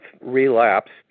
relapse